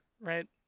right